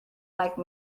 like